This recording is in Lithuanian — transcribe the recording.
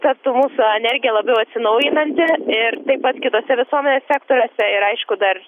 taptų mūsų energija labiau atsinaujinanti ir taip pat kituose visuomenės sektoriuose yra aišku dar